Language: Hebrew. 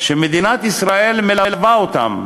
שמדינת ישראל מלווה אותם,